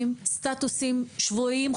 סטטוסים שבועיים,